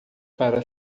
para